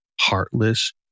heartless